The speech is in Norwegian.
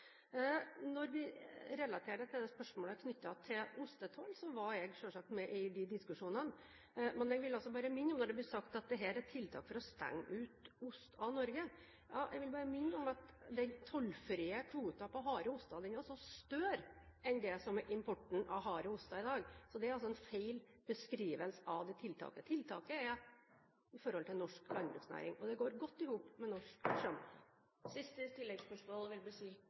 Når vi relaterer det til spørsmålet knyttet til ostetoll, så var jeg selvsagt med i de diskusjonene, men jeg vil bare minne om – når det blir sagt at dette er tiltak for å stenge ost ute fra Norge – at den tollfrie kvoten på harde oster er større enn det som er importen av harde oster i dag. Det er altså en feil beskrivelse av det tiltaket. Tiltaket er med tanke på norsk landbruksnæring, og det går godt sammen med norsk sjømat. Line Henriette Hjemdal – til siste